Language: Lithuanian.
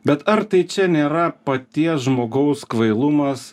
bet ar tai čia nėra paties žmogaus kvailumas